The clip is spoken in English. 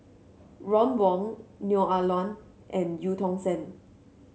Ron Wong Neo Ah Luan and Eu Tong Sen